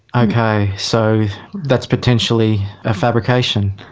okay, so that's potentially a fabrication?